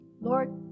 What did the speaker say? Lord